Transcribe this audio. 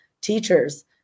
teachers